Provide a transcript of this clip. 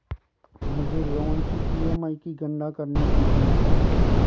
मुझे लोन की ई.एम.आई की गणना करनी सीखनी है